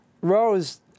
rose